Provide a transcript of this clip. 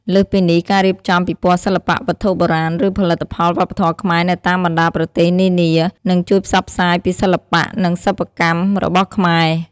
លើសពីនេះ ការរៀបចំពិព័រណ៍សិល្បៈ វត្ថុបុរាណ ឬផលិតផលវប្បធម៌ខ្មែរនៅតាមបណ្ដាប្រទេសនានា នឹងជួយផ្សព្វផ្សាយពីសិល្បៈ និងសិប្បកម្មរបស់ខ្មែរ។